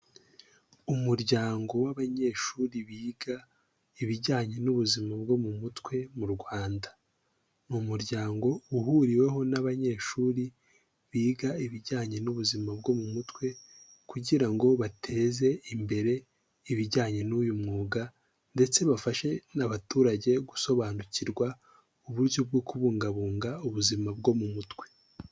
Umuryango w'abanyeshuri biga ibijyanye n'ubuzima bwo mu mutwe mu Rwanda. Ni umuryango uhuriweho n'abanyeshuri biga ibijyanye n'ubuzima bwo mu mutwe, kugira ngo bateze imbere ibijyanye n'uyu mwuga ndetse bafashe n'abaturage gusobanukirwa uburyo bwo kubungabunga ubuzima bwo mu mutwe.